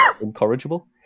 Incorrigible